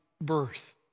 birth